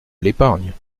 l’épargne